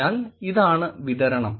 അതിനാൽ ഇതാണ് വിതരണം